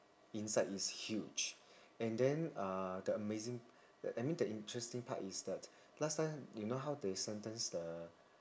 inside is huge and then uh the amazing tha~ that mean the interesting part is that last time you know how they sentence the